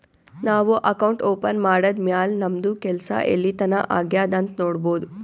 ನಾವು account open ಮಾಡದ್ದ್ ಮ್ಯಾಲ್ ನಮ್ದು ಕೆಲ್ಸಾ ಎಲ್ಲಿತನಾ ಆಗ್ಯಾದ್ ಅಂತ್ ನೊಡ್ಬೋದ್